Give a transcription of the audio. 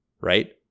right